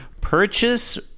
Purchase